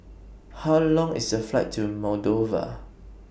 How Long IS The Flight to Moldova